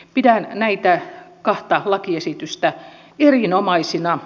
pidän näitä kahta lakiesitystä erinomaisina